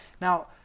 Now